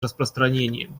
распространением